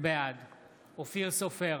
בעד אופיר סופר,